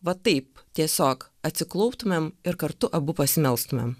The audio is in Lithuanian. va taip tiesiog atsiklauptumėm ir kartu abu pasimelstumėm